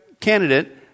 candidate